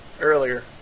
earlier